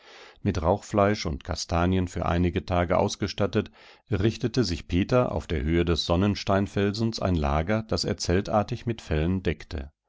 mit rauchfleisch und kastanien für einige tage ausgestattet richtete sich peter auf der höhe des sonnensteinfelsens ein lager das er zeltartig mit fellen deckte